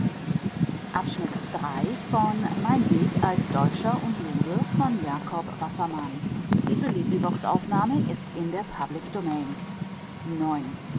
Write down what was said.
zurück in der